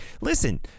listen